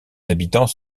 habitants